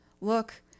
look